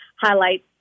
highlights